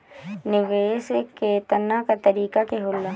निवेस केतना तरीका के होला?